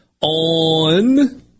on